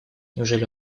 неужели